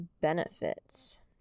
benefits